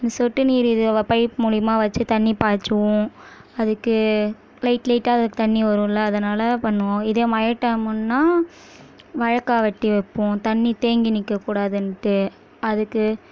அந்த சொட்டு நீர் இது பைப் மூலயமா வைச்சு தண்ணி பாய்ச்சுவோம் அதுக்கு லைட் லைட்டாக தண்ணி வருமில அதனால் பண்ணுவோம் இதே மழை டைம்முன்னால் வாய்க்கா வெட்டி வைப்போம் தண்ணி தேங்கி நிற்கக் கூடாதுன்ட்டு அதுக்கு